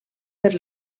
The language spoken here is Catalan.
per